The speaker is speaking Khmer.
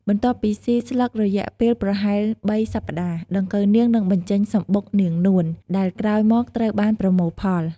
បន្ទាប់ពីស៊ីស្លឹករយៈពេលប្រហែលបីសប្ដាហ៍ ដង្កូវនាងនឹងបញ្ចេញ សំបុកនាងនួន ដែលក្រោយមកត្រូវបានប្រមូលផល។